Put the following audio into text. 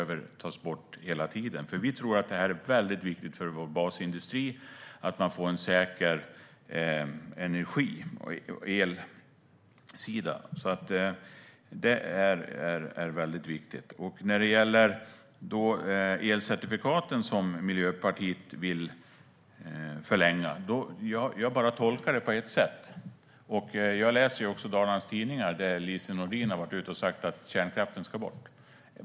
Vi tror att det är viktigt för vår basindustri att få en säker energi på elsidan. Det är viktigt. Miljöpartiet vill förlänga elcertifikaten. Jag tolkar det på ett sätt. Jag läser också Dalarnas Tidningar, där Lise Nordin har skrivit att kärnkraften ska bort.